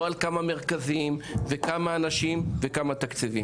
לא על כמה מרכזים וכמה אנשים וכמה תקציבים.